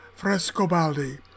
Frescobaldi